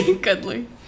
goodly